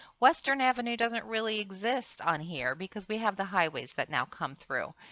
western avenue doesn't really exist on here because we have the highways that now come through.